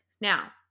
Now